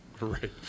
Right